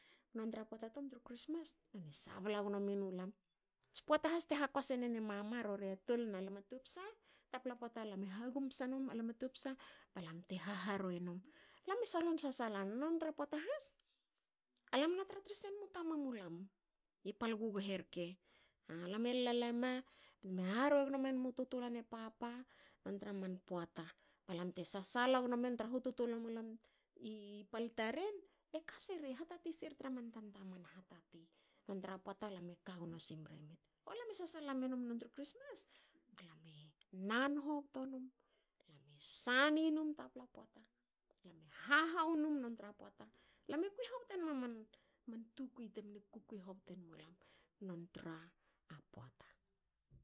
Nontra pota tum tru christmas eme sabla gno menulam tspaoata has te hakoase nen e mama. rori a tol nalam a topsa. tapla pota lame hagum psa num alam a topsa balam te haha ruei num lame solon sasala. Non tra pota has alam na tra tra senmu tamamulam i pal gughe rke. Alam e lala ma teme haharwui gno menma tutuluar papa non tra man poata. balam te sasala gnomemen traha u tutulua mulam i pal taren e kasiri. hatati siri tra man tanta man hatati. non tra pota lame kagno simre men. Alam e sasala menum non tru christmas alam e nan hobto num. alam esani num taplan poata. alam e hahou num non tra poata. Lam e kui hobton toen ma man tukui temne kkukui hobten mulam non tra poata.